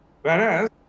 Whereas